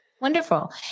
Wonderful